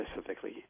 specifically